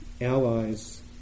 allies